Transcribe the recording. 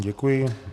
Děkuji.